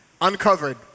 uncovered